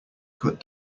cut